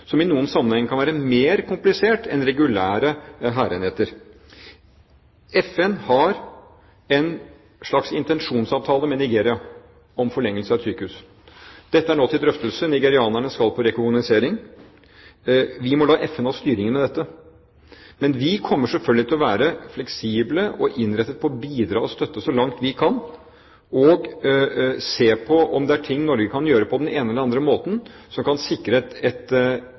som i noen sammenhenger kan være mer komplisert enn regulære hærenheter. FN har en slags intensjonsavtale med Nigeria om forlengelse av et sykehus. Dette er nå til drøftelse. Nigerianerne skal på rekognosering. Vi må la FN ha styringen med dette. Men vi kommer selvfølgelig til å være fleksible og innrettet på å bidra og støtte så langt vi kan, og se på om det er ting Norge kan gjøre på den ene eller andre måten som kan sikre et